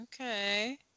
Okay